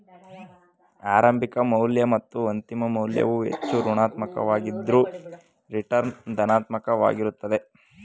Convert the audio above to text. ಆರಂಭಿಕ ಮೌಲ್ಯ ಮತ್ತು ಅಂತಿಮ ಮೌಲ್ಯವು ಹೆಚ್ಚು ಋಣಾತ್ಮಕ ವಾಗಿದ್ದ್ರ ರಿಟರ್ನ್ ಧನಾತ್ಮಕ ವಾಗಿರುತ್ತೆ